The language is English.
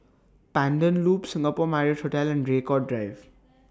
Pandan Loop Singapore Marriott Hotel and Draycott Drive